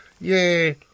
yay